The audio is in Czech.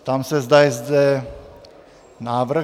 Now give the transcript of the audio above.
Ptám se, zda je zde návrh.